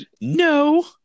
no